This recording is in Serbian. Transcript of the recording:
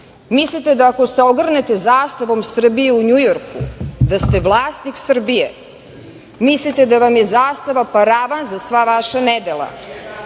napada. Mislite da ako se ogrnete zastavom Srbije u Njujorku, da ste vlasnik Srbije. Mislite da vam je zastava paravan za sva vaša nedela.